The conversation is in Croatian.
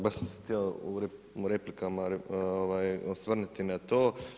Baš sam se htio u replikama osvrnuti na to.